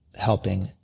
helping